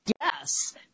Yes